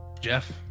Jeff